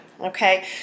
Okay